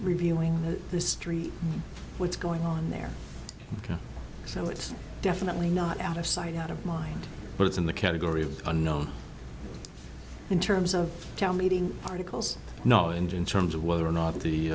reviewing the street what's going on there so it's definitely not out of sight out of mind but it's in the category of unknown in terms of town meeting articles no engine terms of whether or not